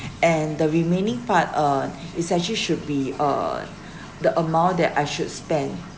and the remaining part uh it's actually should be uh the amount that I should spend